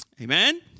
Amen